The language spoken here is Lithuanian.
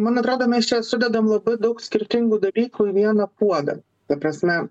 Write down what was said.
man atrodo mes čia sudedam labai daug skirtingų dalykų į vieną puodą ta prasme